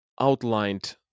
outlined